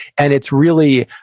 and it's really,